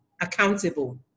accountable